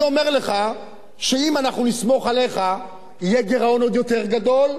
אני אומר לך שאם אנחנו נסמוך עליך יהיה גירעון עוד יותר גדול,